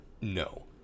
No